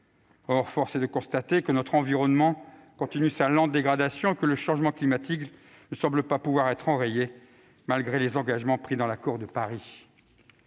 Or force est de constater que notre environnement continue sa lente dégradation et que le changement climatique ne semble pas pouvoir être enrayé, malgré les engagements pris dans l'accord de Paris.